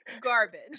garbage